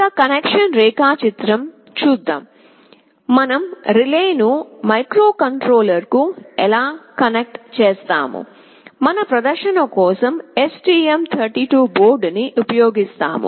ఇక కనెక్షన్ రేఖాచిత్రం గురించి మనం రిలే ను మైక్రోకంట్రోలర్ కు ఎలా కనెక్ట్ చేస్తాము మనం ప్రదర్శన కోసం STM32 బోర్డుని ఉపయోగిస్తాము